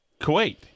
Kuwait